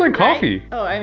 and coffee. oh, and